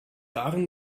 darin